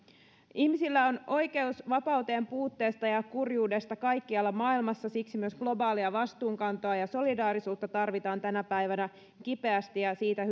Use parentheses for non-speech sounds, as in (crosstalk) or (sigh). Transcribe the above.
ihmisillä on oikeus vapauteen puutteesta ja kurjuudesta kaikkialla maailmassa siksi myös globaalia vastuunkantoa ja solidaarisuutta tarvitaan tänä päivänä kipeästi ja ja siitä (unintelligible)